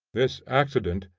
this accident,